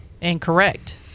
Incorrect